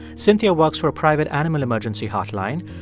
cynthia works for a private animal emergency hotline.